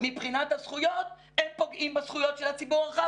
מבחינת הזכויות הם פוגעים בזכויות של הציבור הרחב,